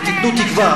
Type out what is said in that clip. ותיתנו תקווה,